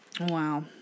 Wow